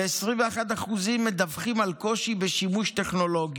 21% מדווחים על קושי בשימוש טכנולוגי.